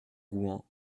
rouen